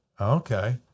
Okay